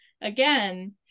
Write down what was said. again